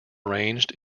arranged